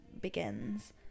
begins